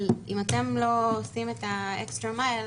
אבל אם אתם לא עושים את האקסטרה מייל,